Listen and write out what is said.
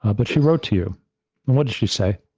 ah but she wrote to you and what did she say?